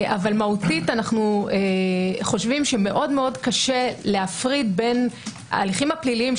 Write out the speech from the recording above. אבל מהותית אנחנו חושבים שמאוד מאוד קשה להפריד בין ההליכים הפליליים,